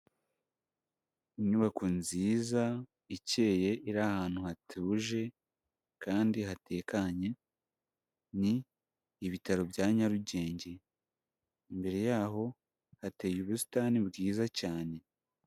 Inyubako nziza ikeye iri ahantu hatuje kandi hatekanye, ni ibitaro bya Nyarugenge, imbere yaho hateye ubusitani bwiza cyane.